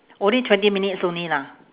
only twenty minutes only lah